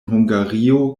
hungario